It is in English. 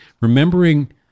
remembering